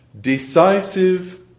Decisive